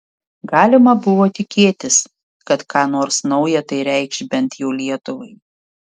galima buvo tikėtis kad ką nors nauja tai reikš bent jau lietuvai